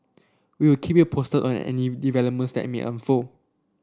we'll keep you posted on any developments that me unfold